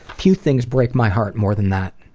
few things break my heart more than that.